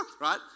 Right